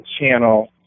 channel